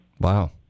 Wow